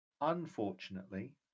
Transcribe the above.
unfortunately